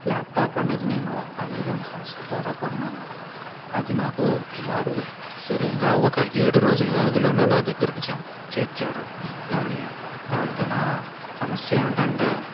laptop అనేది నేను Amazon సంస్థ ద్వారా కొన్నాను అది నాకు వారు సరిగ్గా ఒక ఏడు రోజులు వ్యవధిలోనే నా దగ్గరకు చ చేర్చారు కాని దాంతో నా సమస్య ఏమిటంటే